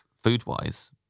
food-wise